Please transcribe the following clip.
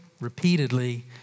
repeatedly